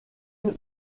une